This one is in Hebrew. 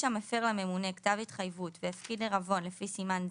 המפר לממונה כתב התחייבות והפקיד עירבון לפי סימן זה,